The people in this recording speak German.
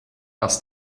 dass